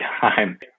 time